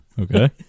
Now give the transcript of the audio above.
Okay